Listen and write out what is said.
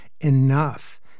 enough